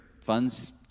funds